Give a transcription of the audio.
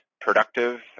productive